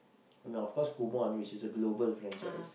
and of course Kumon which is a global franchise